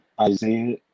Isaiah